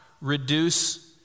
reduce